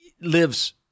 lives